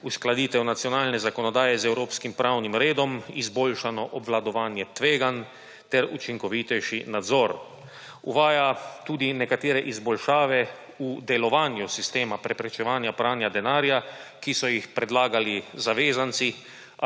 uskladitev nacionalne zakonodaje z evropskim pravnim redom, izboljšano obvladovanje tveganj ter učinkovitejši nadzor. Uvaja tudi nekatere izboljšave v delovanju sistema preprečevanja pranja denarja, ki so jih predlagali zavezanci